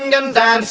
and and